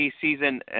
season